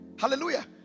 Hallelujah